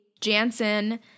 Jansen